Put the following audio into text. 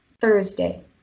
Thursday